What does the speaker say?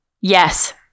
Yes